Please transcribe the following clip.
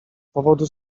powodu